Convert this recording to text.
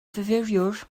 fyfyriwr